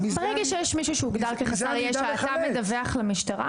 ברגע שיש מישהו שהוגדר כחסר ישע אתה מדווח למשטרה?